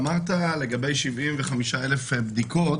אתמול סגרנו מתחם בחיפה כתוצאה ממשחק כדורגל שהיה,